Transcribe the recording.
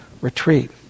retreat